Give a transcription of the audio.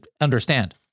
understand